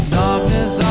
darkness